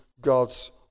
God's